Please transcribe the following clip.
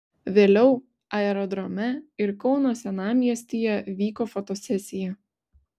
vėliau aerodrome ir kauno senamiestyje vyko fotosesija